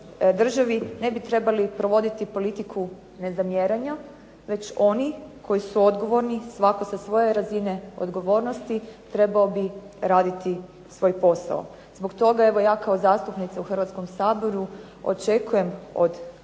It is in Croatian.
državi ne bi trebali provoditi politiku nezamjeranja već oni koji su odgovorni svatko sa svoje razine odgovornosti trebao bi raditi svoj posao. Zbog toga evo ja kao zastupnica u Hrvatskom saboru očekujem od